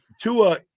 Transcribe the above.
Tua